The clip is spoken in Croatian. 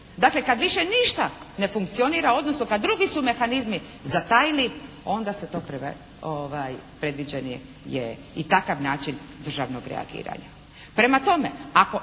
Dakle kad više ništa ne funkcionira, odnosno kad drugi su mehanizmi zatajili onda se to predviđeni je i takav način državnog reagiranja.